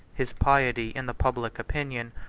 his piety, in the public opinion,